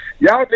Y'all